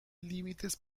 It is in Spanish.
límites